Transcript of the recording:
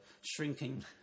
shrinking